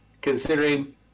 Considering